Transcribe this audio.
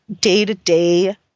day-to-day